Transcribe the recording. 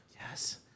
Yes